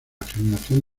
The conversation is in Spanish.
generación